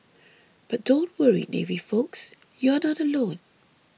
but don't worry navy folks you're not alone